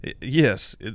Yes